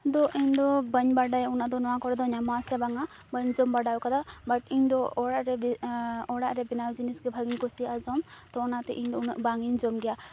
ᱫᱚ ᱤᱧᱫᱚ ᱵᱟᱹᱧ ᱵᱟᱰᱟᱭᱟ ᱚᱱᱟᱫᱚ ᱱᱚᱣᱟ ᱠᱚᱨᱮᱫᱚ ᱧᱟᱢᱚᱜᱼᱟ ᱥᱮ ᱵᱟᱝᱟ ᱵᱟᱹᱧ ᱡᱚᱢ ᱵᱟᱰᱟᱣᱠᱟᱫᱟ ᱵᱟᱴ ᱤᱧᱫᱚ ᱚᱲᱟᱜᱨᱮ ᱚᱲᱟᱜᱨᱮ ᱵᱮᱱᱟᱣ ᱡᱤᱱᱤᱥᱜᱮ ᱵᱷᱟᱜᱮᱧ ᱠᱩᱥᱤᱼᱟ ᱡᱚᱢ ᱛᱚ ᱚᱱᱟᱛᱮ ᱤᱧᱫᱚ ᱩᱱᱟᱹᱜ ᱵᱟᱝᱤᱧ ᱡᱚᱢᱜᱮᱭᱟ